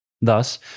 Thus